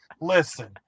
listen